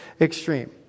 extreme